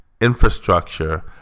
infrastructure